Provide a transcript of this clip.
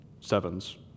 sevens